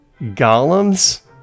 golems